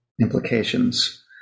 implications